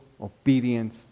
obedience